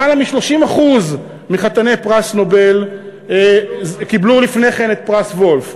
למעלה מ-30% מחתני פרס נובל קיבלו לפני כן את פרס וולף.